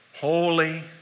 Holy